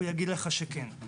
יגיד לך שכן.